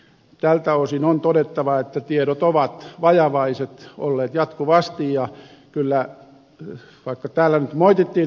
tältä osin on todettava että tiedot ovat vajavaiset olleet jatkuvasti ja vaikka täällä nyt moitittiin ed